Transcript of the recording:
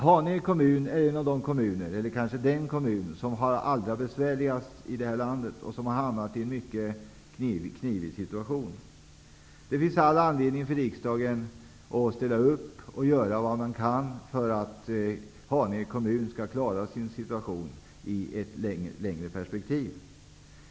Haninge är den kommun som har det kanske allra besvärligast i landet och som har hamnat i en mycket knivig situation. Det finns all anledning för riksdagen att ställa upp och göra vad man kan för att Haninge kommun skall klara sin situation i ett längre perspektiv.